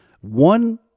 One